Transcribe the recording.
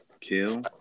kill